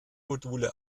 module